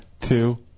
two